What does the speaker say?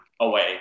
away